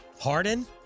Harden